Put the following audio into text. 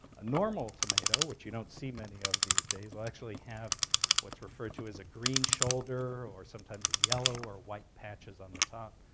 a normal tomato, which you don't see many of these days, will actually have what's referred to as a green shoulder or sometimes a yellow or white patches on the top.